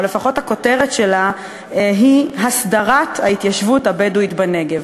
או לפחות הכותרת שלה היא: הסדרת ההתיישבות הבדואית בנגב.